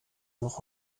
noch